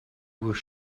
was